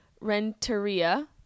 Renteria